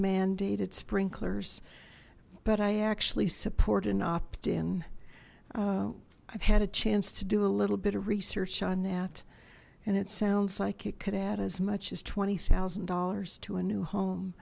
mandated sprinklers but i actually support an opt in i've had a chance to do a little bit of research on that and it sounds like it could add as much as twenty thousand dollars to a new home